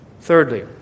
Thirdly